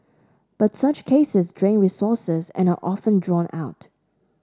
but such cases drain resources and are often drawn out